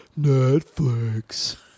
netflix